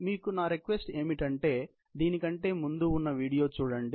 మీకు నా రిక్వెస్ట్ ఏమిటి అంటే దీనికంటే ముందు ఉన్న వీడియో చూడండి